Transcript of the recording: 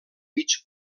mig